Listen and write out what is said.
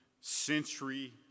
century